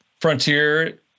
frontier